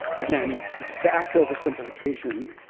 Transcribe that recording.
again, ah vast oversimplification,